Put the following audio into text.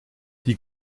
die